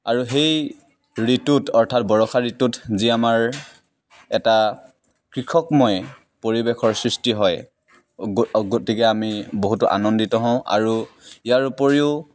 আৰু সেই ঋতুত অৰ্থাৎ বৰষা ঋতুত যি আমাৰ এটা কৃষকময় পৰিবেশৰ সৃষ্টি হয় গ গতিকে আমি বহুতো আনন্দিত হওঁ আৰু ইয়াৰ উপৰিও